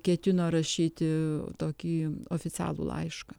ketino rašyti tokį oficialų laišką